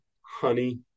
honey